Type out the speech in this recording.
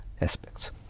aspects